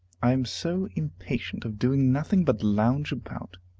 i am so impatient of doing nothing but lounge about